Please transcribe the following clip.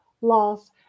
loss